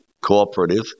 cooperative